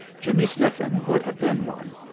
jimmie sniffen would have been one.